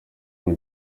iri